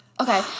Okay